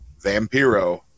Vampiro